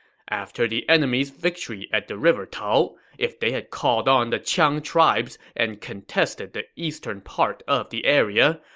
after the enemy's victory at the river tao, if they had called on the qiang tribes and contested the eastern part of the area,